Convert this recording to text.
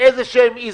זה נפל על הקול שלך.